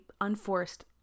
unforced